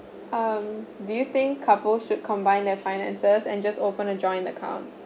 um do you think couple should combine their finances and just open a joint account